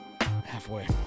Halfway